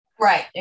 Right